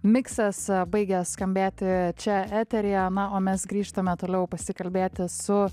miksas baigė skambėti čia eteryje na o mes grįžtame toliau pasikalbėti su